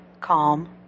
calm